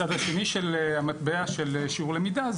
צד השני של המטבע של שיעור למידה,